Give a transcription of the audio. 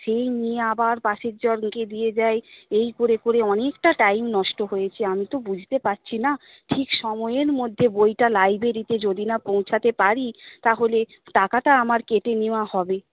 সেই নিয়ে আবার পাশের জনকে দিয়ে যায় এই করে করে অনেকটা টাইম নষ্ট হয়েছে আমি তো বুঝতে পারছি না ঠিক সময়ের মধ্যে বইটা লাইব্রেরিতে যদি না পৌঁছতে পারি তাহলে টাকাটা আমার কেটে নেওয়া হবে